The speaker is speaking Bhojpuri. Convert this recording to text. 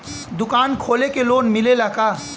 दुकान खोले के लोन मिलेला का?